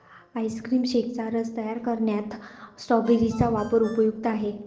ice cream शेकचा रस तयार करण्यात स्ट्रॉबेरी चा वापर उपयुक्त आहे